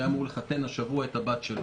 שהיה אמור לחתן השבוע את הבת שלו,